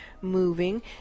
moving